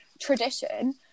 tradition